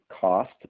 cost